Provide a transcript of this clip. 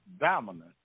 dominant